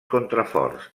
contraforts